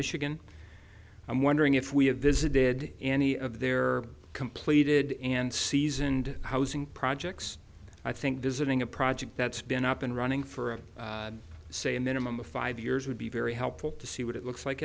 michigan i'm wondering if we have visited any of their completed and seasoned housing projects i think visiting a project that's been up and running for say a minimum of five years would be very helpful to see what it looks like